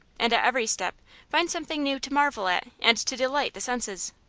and at every step find something new to marvel at and to delight the senses.